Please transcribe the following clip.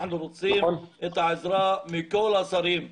אנחנו רוצים את העזרה מכל השרים.